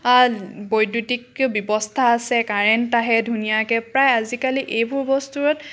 বৈদ্যুতিক ব্যৱস্থা আছে কাৰেণ্ট আহে ধুনীয়াকৈ প্ৰায় আজিকালি এইবোৰ বস্তুত